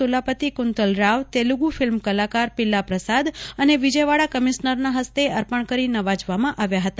Turlapati Kuntal Rao Telugu film કલાકાર પિલ્લા પ્રસાદ અને વિજયવાડા કમિશનરના હસ્તે અર્પણ કરી નવાજવામાં આવ્યા હતા